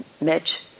Mitch